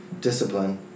Discipline